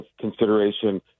consideration